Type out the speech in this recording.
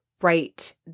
right